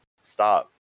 Stop